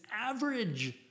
average